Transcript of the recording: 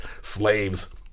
slaves